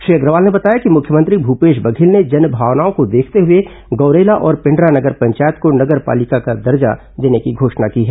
श्री अग्रवाल ने बताया कि मुख्यमंत्री भूपेश बघेल ने जनभावनाओं को देखते हुए गौरेला और पेण्ड्रा नगर पंचायत को नगर पालिका का दर्जा देने की घोषणा की है